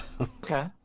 Okay